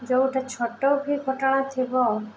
ଯୋଉଟା ଛୋଟ ବି ଘଟଣା ଥିବ